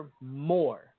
more